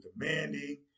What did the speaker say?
demanding